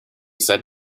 said